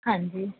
ਹਾਂਜੀ